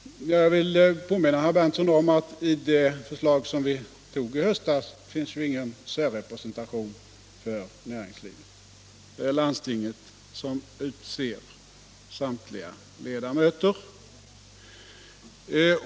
Jag vill påminna Nils Berndtson om att i det förslag som vi antog i höstas finns ingen särrepresentation för näringslivet — det är landstinget som utser samtliga ledamöter.